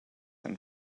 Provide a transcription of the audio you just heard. and